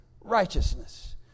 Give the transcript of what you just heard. righteousness